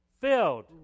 filled